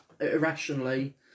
irrationally